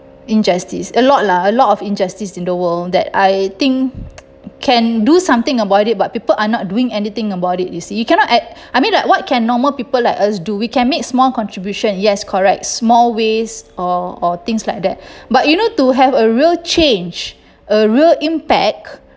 injustice a lot lah a lot of injustice in the world that I think can do something about it but people are not doing anything about it you see you cannot at I mean like what can normal people like us do we can make small contribution yes correct small ways or or things like that but you know to have a real change a real impact